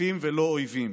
שותפים ולא אויבים.